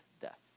death